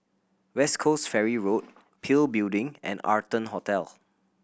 West Coast Ferry Road PIL Building and Arton Hotel